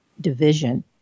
division